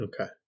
Okay